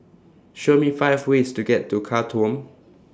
Show Me five ways to get to Khartoum